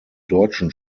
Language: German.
deutschen